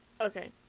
okay